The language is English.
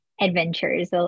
Adventures